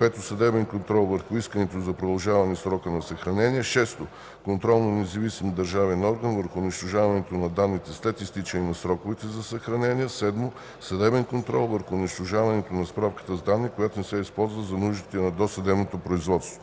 5. съдебен контрол върху искането за продължаване срока на съхранение; 6. контрол на независим държавен орган върху унищожаването на данните след изтичането на сроковете за съхранение; 7. съдебен контрол върху унищожаването на справката с данни, която не се използва за нуждите на досъдебно производство.